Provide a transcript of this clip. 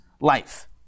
life